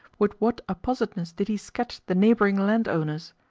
with what appositeness did he sketch the neighbouring landowners!